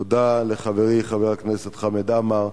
תודה לחברי חבר הכנסת חמד עמאר,